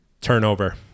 turnover